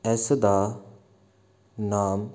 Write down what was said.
ਇਸ ਦਾ ਨਾਮ